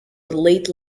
late